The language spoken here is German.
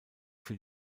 für